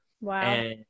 wow